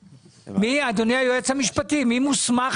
יש אוטונומיה להקים ועדה באופן עצמאי ולהחליט באופן עצמאי?